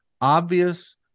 obvious